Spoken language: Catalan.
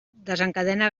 desencadena